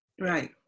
right